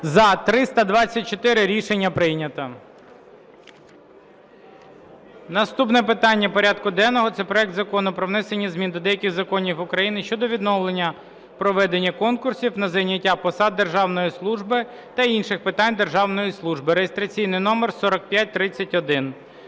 За-324 Рішення прийнято. Наступне питання порядку денного – це проект Закону про внесення змін до деяких законів України щодо відновлення проведення конкурсів на зайняття посад державної служби та інших питань державної служби (реєстраційний номер 4531).